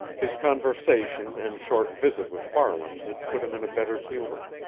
his conversation and short visit with farland had put him in a better humor.